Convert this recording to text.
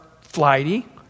flighty